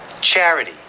charity